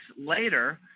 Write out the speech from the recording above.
later